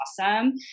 awesome